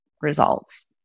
results